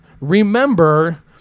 remember